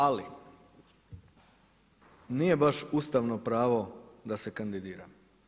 Ali nije baš ustavno pravo da se kandidira.